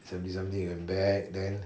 seventy something he went back then